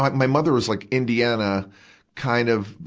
my, my mother's like indiana kind of,